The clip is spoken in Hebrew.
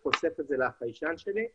אנחנו היום עומדים על אחוזים של 70% sensitivity